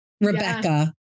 Rebecca